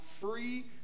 free